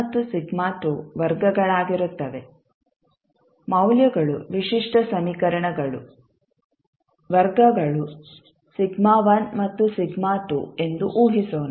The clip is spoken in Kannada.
ಮತ್ತು ವರ್ಗಗಳಾಗಿರುತ್ತವೆ ಮೌಲ್ಯಗಳು ವಿಶಿಷ್ಟ ಸಮೀಕರಣಗಳು ವರ್ಗಗಳು ಮತ್ತು ಎಂದು ಊಹಿಸೋಣ